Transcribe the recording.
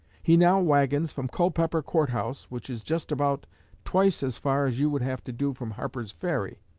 he now wagons from culpepper court-house, which is just about twice as far as you would have to do from harper's ferry.